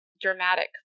dramatic